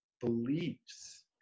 beliefs